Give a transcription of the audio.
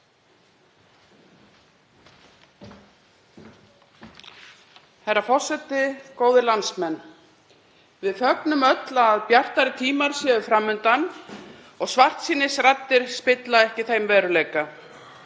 Herra forseti. Góðir landsmenn. Við fögnum öll að bjartari tímar séu fram undan og svartsýnisraddir spilla ekki þeim veruleika.